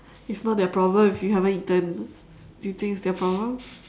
it's not their problem if you haven't eaten do you think it's their problem